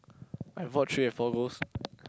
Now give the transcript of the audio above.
I bought three and four goals